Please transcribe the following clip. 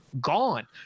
gone